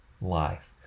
life